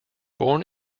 born